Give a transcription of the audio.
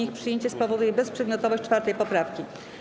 Ich przyjęcie spowoduje bezprzedmiotowość 4. poprawki.